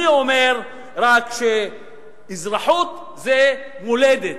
אני אומר רק שאזרחות זה מולדת.